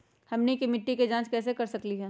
हमनी के मिट्टी के जाँच कैसे कर सकीले है?